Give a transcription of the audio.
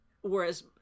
Whereas